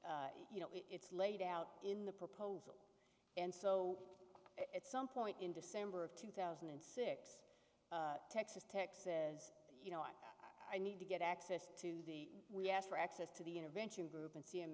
you know it's laid out in the proposal and so at some point in december of two thousand and six texas tech says you know i need to get access to the we asked for access to the intervention group and